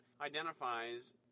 identifies